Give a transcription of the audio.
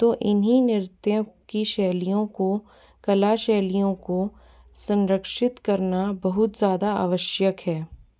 तो इन्हीं नृत्यों की शैलियों को कला शैलियों को संरक्षित करना बहुत ज़्यादा आवश्यक है